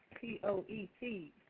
P-O-E-T